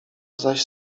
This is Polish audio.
zaś